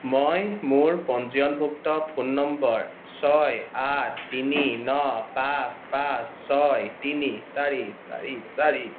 মই মোৰ পঞ্জীয়নভুক্ত ফোন নম্বৰ ছয় আঠ তিনি ন পাঁচ পাঁচ ছয় তিনি চাৰি চাৰি চাৰি